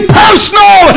personal